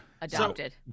Adopted